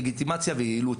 לגיטימציה ויעילות.